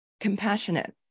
compassionate